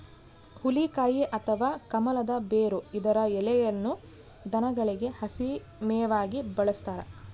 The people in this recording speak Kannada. ಹುಲಿಕಾಯಿ ಅಥವಾ ಕಮಲದ ಬೇರು ಇದರ ಎಲೆಯನ್ನು ದನಗಳಿಗೆ ಹಸಿ ಮೇವಾಗಿ ಬಳಸ್ತಾರ